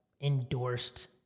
endorsed